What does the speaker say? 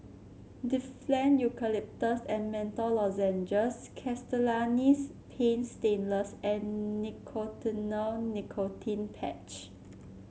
Difflam Eucalyptus and Menthol Lozenges Castellani's Paint Stainless and Nicotinell Nicotine Patch